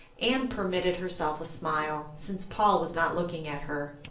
anne permitted herself a smile, since paul was not looking at her.